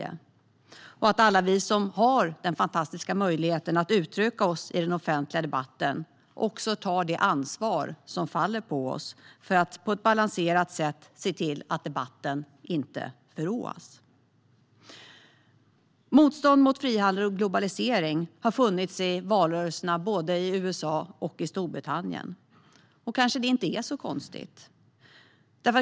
Det handlar också om att alla vi som har den fantastiska möjligheten att uttrycka oss i den offentliga debatten tar det ansvar som faller på oss att på ett balanserat sätt se till att debatten inte förråas. Motstånd mot frihandel och globalisering har funnits både i valrörelsen i USA och i valrörelsen i Storbritannien. Det är kanske inte så konstigt.